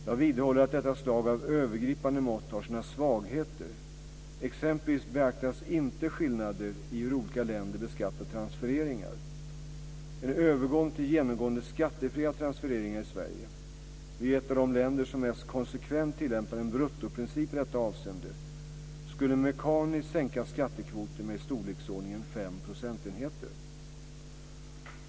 Jag vidhåller att detta slag av övergripande mått har sina svagheter; exempelvis beaktas inte skillnader i hur olika länder beskattar transfereringar. En övergång till genomgående skattefria transfereringar i Sverige - vi är ju ett av de länder som mest konsekvent tillämpar en bruttoprincip i detta avseende - skulle mekaniskt sänka skattekvoten med i storleksordningen 5 procentenheter.